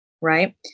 Right